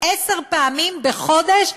עשר פעמים בחודש,